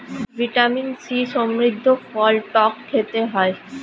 vitamin C সমৃদ্ধ ফল টক খেতে হয়